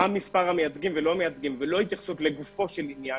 מספר המיוצגים ולא התייחסות לגופו של עניין,